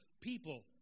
people